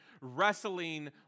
wrestling